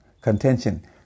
contention